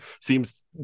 seems